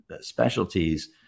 specialties